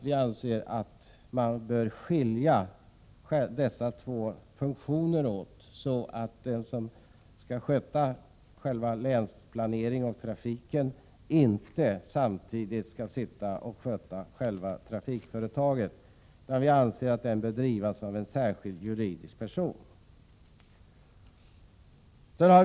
Vi anser att man bör skilja dessa två funktioner åt, så att den som skall sköta själva länsplaneringen av trafiken inte samtidigt skall sköta trafikföretaget, utan detta bör drivas av en särskild juridisk person.